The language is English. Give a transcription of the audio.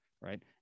right